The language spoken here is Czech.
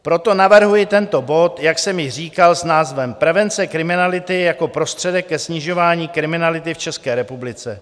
Proto navrhuji tento bod, jak jsem již říkal, s názvem Prevence kriminality jako prostředek ke snižování kriminality v České republice.